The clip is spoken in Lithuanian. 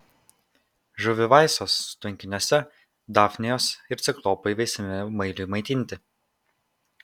žuvivaisos tvenkiniuose dafnijos ir ciklopai veisiami mailiui maitinti